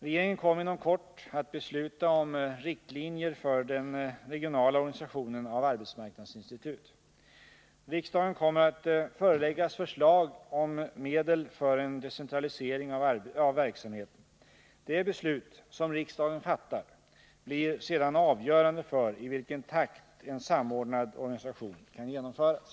Regeringen kommer inom kort att besluta om riktlinjer för den regionala organisationen av arbetsmarknadsinstitut. Riksdagen kommer att föreläggas förslag om medel för en decentralisering av verksamheten. Det beslut som riksdagen fattar blir sedan avgörande för i vilken takt en samordnad organisation kan genomföras.